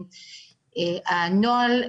הנוהל,